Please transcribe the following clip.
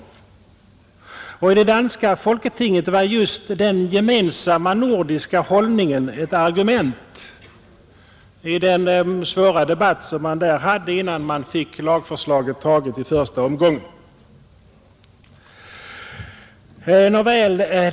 Och i det danska folketinget var just denna gemensamma nordiska hållning ett argument i den svåra debatt man där hade innan man fick lagförslaget antaget i första omgången.